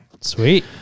Sweet